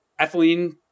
ethylene